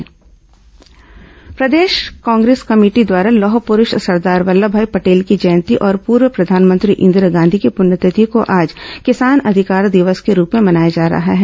कांग्रेस किसान अधिकार दिवस प्रदेश कांग्रेस कमेटी द्वारा लौह प्ररूष सरदार वल्लभभाई पटेल की जयंती और पूर्व प्रधानमंत्री इंदिरा गांधी की प्रण्यतिथि को आज किसान अधिकार दिवस के रूप में मनाया जा रहा है